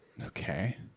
Okay